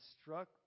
struck